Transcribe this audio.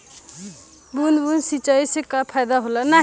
बूंद बूंद सिंचाई से का फायदा होला?